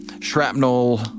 Shrapnel